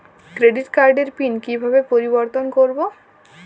Credit কার্ডের PIN কিভাবে পরিবর্তন করবো?